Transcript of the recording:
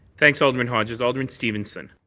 thanks, alderman hodges. alderman stevenson.